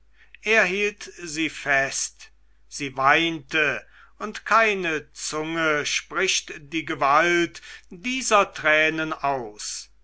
er hielt sie fest sie weinte und keine zunge spricht die gewalt dieser tränen aus